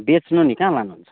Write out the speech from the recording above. बेच्नु नि कहाँ लानुहुन्छ